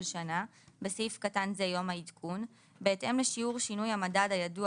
שנה (בסעיף קטן זה יום העדכון) בהתאם לשיעור שינוי המדד הידוע